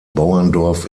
bauerndorf